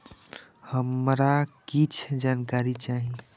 हमरा कीछ जानकारी चाही